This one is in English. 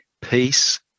Peace